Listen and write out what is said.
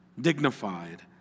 dignified